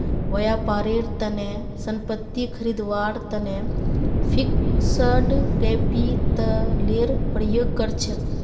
व्यापारेर तने संपत्ति खरीदवार तने फिक्स्ड कैपितलेर प्रयोग कर छेक